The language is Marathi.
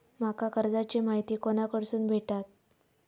माका कर्जाची माहिती कोणाकडसून भेटात?